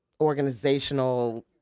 organizational